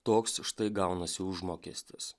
toks štai gaunasi užmokestis